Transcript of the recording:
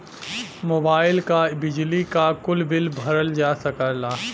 mobile क, बिजली क, कुल बिल भरल जा सकला